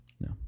no